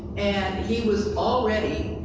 and he was already,